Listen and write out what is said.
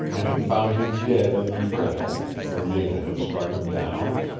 and had found him dead in the trail, where nada had struck him down?